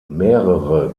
mehrere